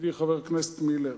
ידידי חבר הכנסת מילר.